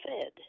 fed